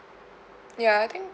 ya I think